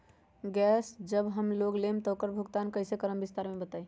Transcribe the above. Gas जब हम लोग लेम त उकर भुगतान कइसे करम विस्तार मे बताई?